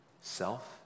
Self